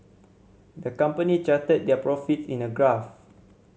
the company charted their profits in a graph